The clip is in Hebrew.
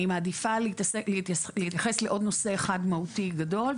אני מעדיפה להתייחס לעוד נושא אחד מהותי גדול,